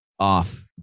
off